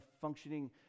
functioning